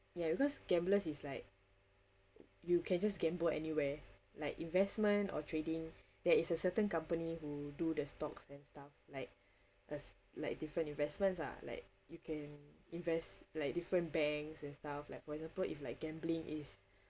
ya because gamblers is like you can just gamble anywhere like investment or trading there is a certain company who do the stocks and stuff like as like different investments ah like you can invest like different banks and stuff like for example if like gambling is